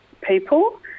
people